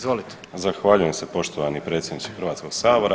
Zahvaljujem se poštovani predsjedniče Hrvatskog sabora.